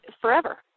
forever